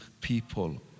people